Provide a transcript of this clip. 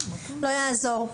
לא יעזור,